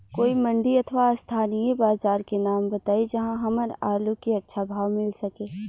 कोई मंडी अथवा स्थानीय बाजार के नाम बताई जहां हमर आलू के अच्छा भाव मिल सके?